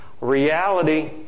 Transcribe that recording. reality